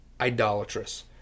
idolatrous